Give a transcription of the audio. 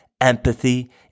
empathy